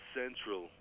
central